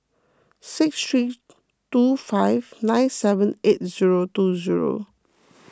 six three two five nine seven eight zero two zero